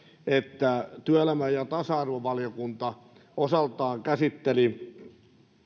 että työelämä ja tasa arvovaliokunta osaltaan käsitteli